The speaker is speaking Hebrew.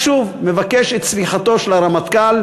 אני שוב מבקש את סליחתו של הרמטכ"ל,